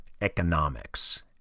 economics